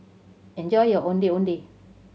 enjoy your Ondeh Ondeh